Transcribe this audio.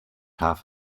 half